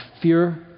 Fear